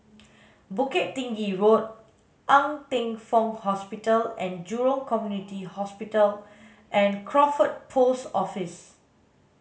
Bukit Tinggi Road Ng Teng Fong Hospital and Jurong Community Hospital and Crawford Post Office